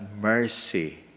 mercy